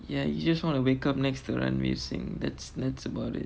ya you just wanna wake up next to ranveer singh that's that's about it